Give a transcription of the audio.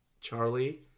Charlie